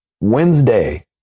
Wednesday